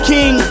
King